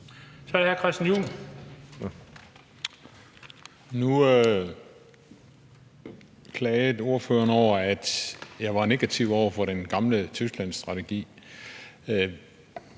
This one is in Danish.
klagede over, at jeg var negativ over for den gamle Tysklandsstrategi.